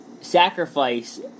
Sacrifice